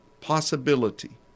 possibility